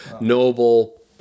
noble